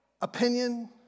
opinion